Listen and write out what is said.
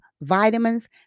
vitamins